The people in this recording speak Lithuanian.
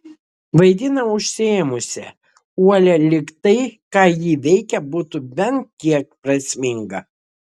vaidina užsiėmusią uolią lyg tai ką ji veikia būtų bent kiek prasminga